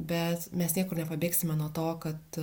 bet mes niekur nepabėgsime nuo to kad